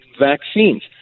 vaccines